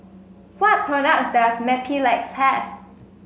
what products does Mepilex have